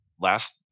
last